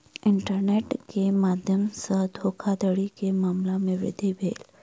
internet के माध्यम सॅ धोखाधड़ी के मामला में वृद्धि भेल